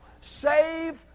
Save